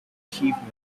achievement